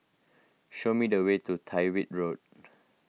show me the way to Tyrwhitt Road